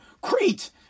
Crete